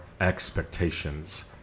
expectations